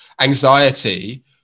anxiety